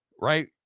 right